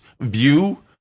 view